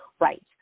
right